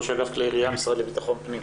ראש עקף כלי ירייה מהמשרד לביטחון הפנים,